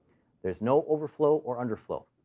there's no overflow or underflow.